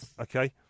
okay